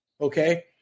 Okay